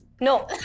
No